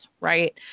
right